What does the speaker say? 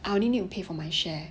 I only need to pay for my share